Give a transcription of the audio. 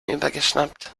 übergeschnappt